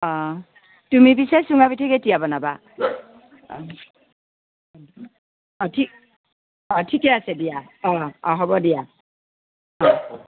অ' তুমি পিছে চুঙা পিঠা কেতিয়া বনাবা অ' ঠিক অ' ঠিকে আছে দিয়া অ' অ' হ'ব দিয়া অ'